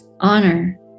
honor